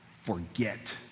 forget